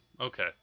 okay